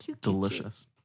Delicious